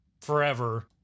forever